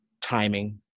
timing